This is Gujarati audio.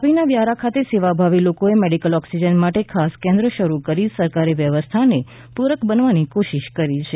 તાપીના વ્યારા ખાતે સેવાભાવી લોકોએ મેડિકલ ઑક્સીજન માટે ખાસ કેન્દ્ર શરૂ કરી સરકારી વ્યવસ્થાને પૂરક બનવાની કોશિશ કરી છે